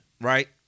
Right